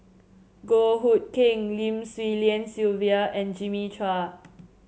Goh Hood Keng Lim Swee Lian Sylvia and Jimmy Chua